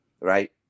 right